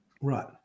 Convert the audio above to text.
Right